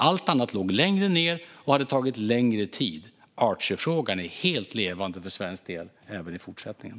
Allt annat låg längre ned och hade tagit längre tid. Archerfrågan är även i fortsättningen helt levande för svensk del.